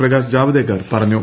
പ്രകാശ് ജാവദേക്കർ പറഞ്ഞു